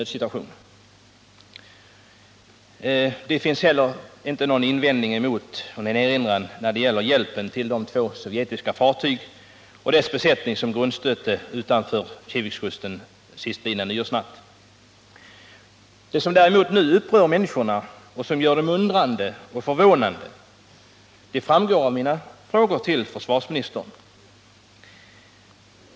Det finns heller inte någon erinran mot hjälpen till de två sovjetiska fartygen och deras besättningar efter grundstötningen utanför Kivikskusten sistlidna nyårsnatt. Det som nu upprör människorna och gör dem undrande och förvånade framgår av mina frågor till försvarsministern.